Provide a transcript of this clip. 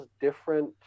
different